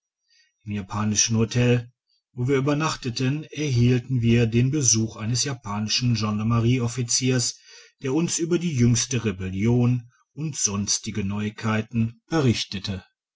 wo wir übernachteten erhielten wir den besuch eines japanischen gendarmerie offiziers der uns über die jüngste rebellion und sonstige neuigdigitized by